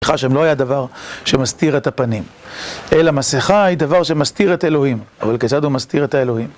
המסכה שם לא היה דבר שמסתיר את הפנים אלא מסכה היא דבר שמסתיר את אלוהים אבל כיצד הוא מסתיר את האלוהים?